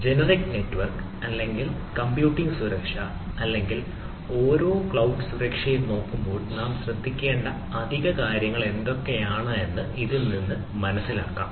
generic network അല്ലെങ്കിൽ computing സുരക്ഷ അല്ലെങ്കിൽ ഓരോ ക്ലൌഡ് സുരക്ഷയും നോക്കുമ്പോൾ നാം ശ്രദ്ധിക്കേണ്ട അധിക കാര്യങ്ങൾ എന്തൊക്കെയാണ് എന്ന് ഇതിൽ നിന്ന് മനസിലാക്കാം